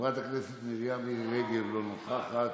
חברת הכנסת מרים מירי רגב, אינה נוכחת,